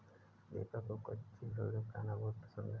दीपक को कच्ची शलजम खाना बहुत पसंद है